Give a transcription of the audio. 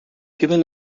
given